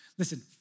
Listen